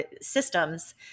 systems